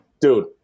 dude